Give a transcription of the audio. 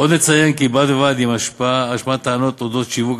עוד נציין כי בד בבד עם השמעת טענות על שיווק